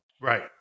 right